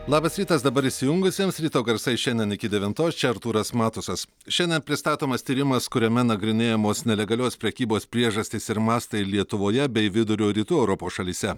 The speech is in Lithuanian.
labas rytas dabar įsijungusiems ryto garsai šiandien iki devintos čia artūras matusas šiandien pristatomas tyrimas kuriame nagrinėjamos nelegalios prekybos priežastys ir mastai lietuvoje bei vidurio rytų europos šalyse